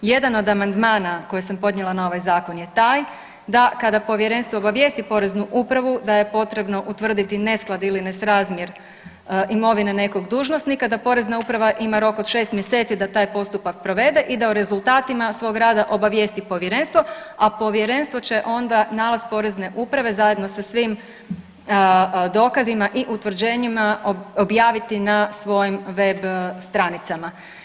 Jedan od amandmana koji sam podnijela na ovaj zakon je taj da kada povjerenstvo obavijesti poreznu upravu da je potrebno utvrditi nesklad ili nesrazmjer imovine nekog dužnosnika da porezna uprava ima rok od 6 mjeseci da taj postupak provede i da o rezultatima svog rada obavijesti povjerenstvo, a povjerenstvo će onda nalaz porezne uprave zajedno sa svim dokazima i utvrđenjima objaviti na svojim web stranicama.